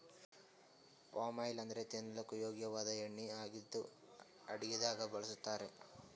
palm oil ಅಂದ್ರ ತಿನಲಕ್ಕ್ ಯೋಗ್ಯ ವಾದ್ ಎಣ್ಣಿ ಆಗಿದ್ದ್ ಅಡಗಿದಾಗ್ ಬಳಸ್ತಾರ್